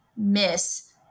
miss